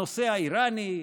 הנושא האיראני,